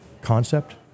concept